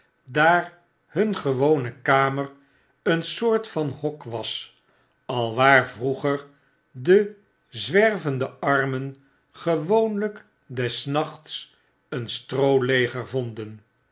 daar hun gewone kamer een soort van hok was alwaar vroeger de zwervende armen gewoonlgk des nachts een strooleger vonden